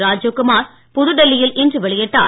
ராஜிவ் குமார் புதுடெல்யில் இன்று வெளியிட்டார்